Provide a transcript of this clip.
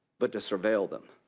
but to surveil them.